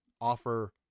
offer